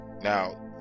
now